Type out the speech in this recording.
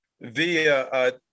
via